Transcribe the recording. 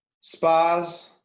spas